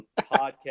podcast